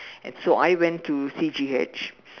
and so I went to C_G_H